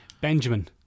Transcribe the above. Benjamin